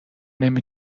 نمی